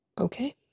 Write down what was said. okay